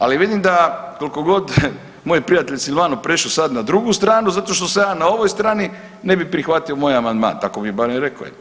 Ali vidim koliko god moj prijatelj Silvano prešao na drugu stranu zato što sam ja na ovoj strani ne bi prihvatio moj amandman tako mi je barem rekao.